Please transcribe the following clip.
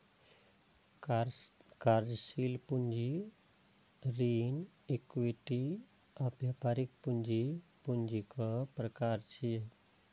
कार्यशील पूंजी, ऋण, इक्विटी आ व्यापारिक पूंजी पूंजीक प्रकार छियै